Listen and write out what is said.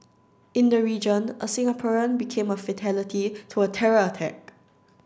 in the region a Singaporean became a fatality to a terror attack